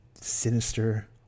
sinister